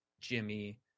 Jimmy